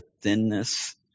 thinness